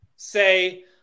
say